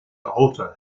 alter